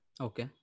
Okay